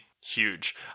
Huge